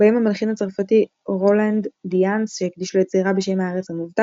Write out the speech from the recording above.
בהם המלחין הצרפתי רולנד דיאנס שהקדיש לו יצירה בשם "הארץ המובטחת",